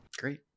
Great